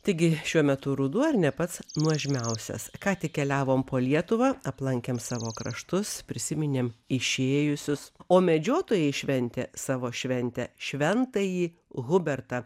taigi šiuo metu ruduo ir ne pats nuožmiausias ką tik keliavom po lietuvą aplankėm savo kraštus prisiminėm išėjusius o medžiotojai šventė savo šventę šventąjį hubertą